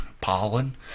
pollen